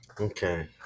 Okay